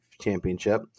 Championship